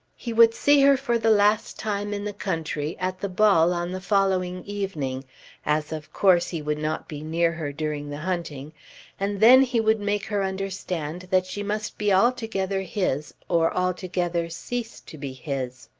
he would see her for the last time in the country at the ball on the following evening as of course he would not be near her during the hunting and then he would make her understand that she must be altogether his or altogether cease to be his.